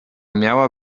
miała